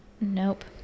Nope